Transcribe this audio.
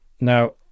Now